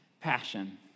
passion